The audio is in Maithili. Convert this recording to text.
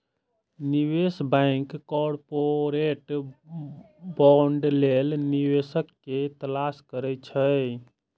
निवेश बैंक कॉरपोरेट बांड लेल निवेशक के तलाश करै छै